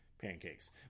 pancakes